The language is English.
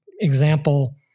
example